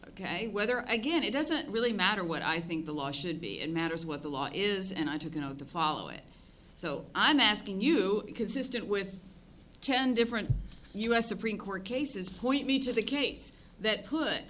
ok whether again it doesn't really matter what i think the law should be and matters what the law is and i took an oath to follow it so i'm asking you consistent with ten different u s supreme court cases point me to the case that put